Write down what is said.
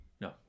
No